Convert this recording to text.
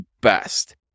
best